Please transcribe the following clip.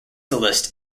list